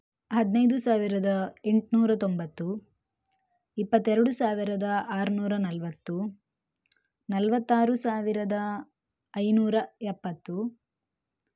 ಹದಿನೈದು ಸಾವಿರದ ಎಂಟುನೂರ ತೊಂಬತ್ತು ಇಪ್ಪತ್ತೆರಡು ಸಾವಿರದ ಆರುನೂರ ನಲವತ್ತು ನಲವತ್ತಾರು ಸಾವಿರದ ಐನೂರ ಎಪ್ಪತ್ತು